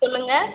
சொல்லுங்கள்